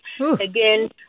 Again